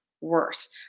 worse